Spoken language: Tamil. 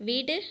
வீடு